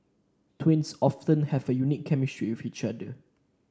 twins often have a unique chemistry with each other